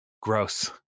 gross